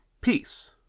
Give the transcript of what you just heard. peace